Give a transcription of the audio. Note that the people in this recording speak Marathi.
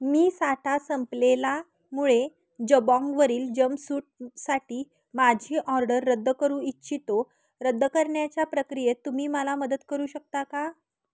मी साठा संपलेलामुळे जबॉंगवरील जमपसूट साठी माझी ऑर्डर रद्द करू इच्छितो रद्द करण्या्च्या प्रक्रियेत तुम्ही मला मदत करू शकता का